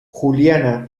juliana